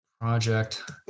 Project